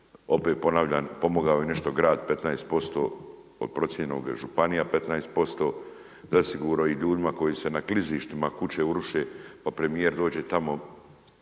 opet ponavljam, pomogao je nešto grad 15%, od procijenjenog županija 15%, zasigurno i ljudima koji se na klizištima kuće uruše, pa premjer dođe tamo